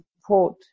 support